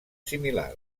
similars